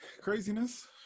craziness